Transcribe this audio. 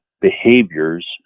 behaviors